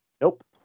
nope